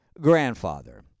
grandfather